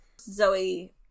Zoe